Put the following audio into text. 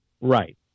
Right